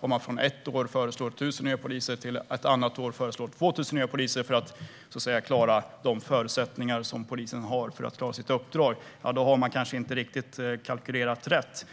Om man ett år föreslår 1 000 nya poliser och ett annat år föreslår 2 000 nya poliser för att ge polisen de förutsättningar den behöver för att klara sitt uppdrag har man kanske inte riktigt kalkylerat rätt.